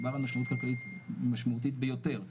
מדובר על משמעות כלכלית משמעותית ביותר,